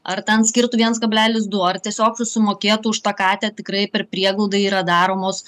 ar ten skirtų viens kablelis du ar tiesiog susimokėtų už tą katę tikrai per prieglaudą yra daromos